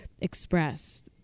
express